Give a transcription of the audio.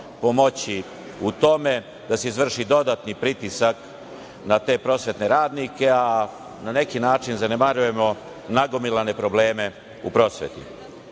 u tome da se izvrši dodatni pritisak na te prosvetne radnike, a na neki način zanemarujemo nagomilane probleme u